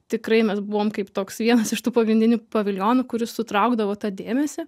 tikrai mes buvom kaip toks vienas iš tų pagrindinių paviljonų kuris sutraukdavo tą dėmesį